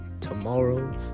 tomorrow